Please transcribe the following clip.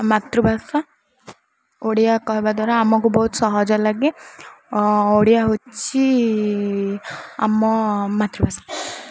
ମାତୃଭାଷା ଓଡ଼ିଆ କହିବା ଦ୍ୱାରା ଆମକୁ ବହୁତ ସହଜ ଲାଗେ ଓଡ଼ିଆ ହେଉଛି ଆମ ମାତୃଭାଷା